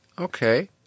Okay